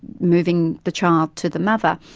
moving the child to the mother,